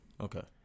Okay